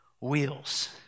wheels